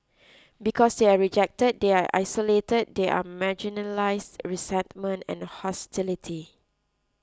because they are rejected they are isolated they are marginalize resentment and hostility